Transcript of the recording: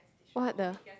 what the